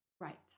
Right